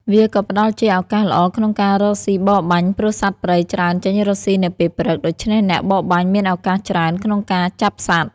វាក៏ផ្ដល់ជាឱកាសល្អក្នុងការរកស៊ីបរបាញ់ព្រោះសត្វព្រៃច្រើនចេញរកស៊ីនៅពេលព្រឹក ដូច្នេះអ្នកបរបាញ់មានឱកាសច្រើនក្នុងការចាប់សត្វ ។